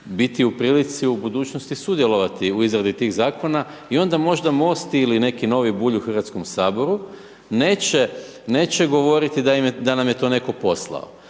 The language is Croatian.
biti u prilici u budućnosti sudjelovati u izradi tih zakona, i onda možda Most ili neki novi Bulj u Hrvatskom saboru, neće govoriti da nam je to netko poslao.